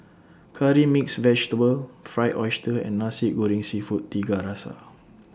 Curry Mixed Vegetable Fried Oyster and Nasi Goreng Seafood Tiga Rasa